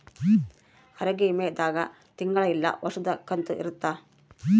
ಆರೋಗ್ಯ ವಿಮೆ ದಾಗ ತಿಂಗಳ ಇಲ್ಲ ವರ್ಷದ ಕಂತು ಇರುತ್ತ